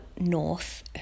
North